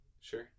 Sure